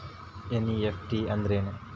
NEFT ಅಂದ್ರೆನು?